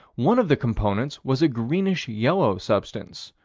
one of the components was a greenish-yellow substance,